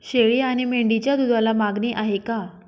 शेळी आणि मेंढीच्या दूधाला मागणी आहे का?